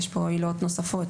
יש פה עילות נוספות,